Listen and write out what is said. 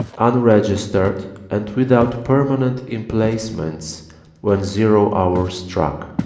unregis tered and without permanent emplacements when zero hour struck.